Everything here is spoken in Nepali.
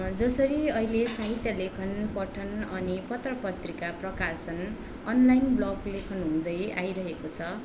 जसरी अहिले साहित्य लेखन पठन अनि पत्रपत्रिका प्रकाशन अनलाइन ब्लग लेखन हुँदै आइरहेको छ